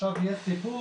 עכשיו יש סיפור,